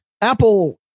Apple